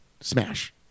smash